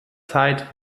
zeit